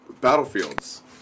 battlefields